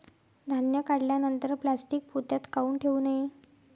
धान्य काढल्यानंतर प्लॅस्टीक पोत्यात काऊन ठेवू नये?